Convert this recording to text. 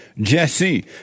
Jesse